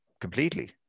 completely